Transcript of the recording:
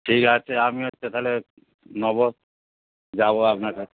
ঠিক আছে আমি হচ্ছে তাহলে নেব যাব আপনার কাছে